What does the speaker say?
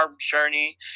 journey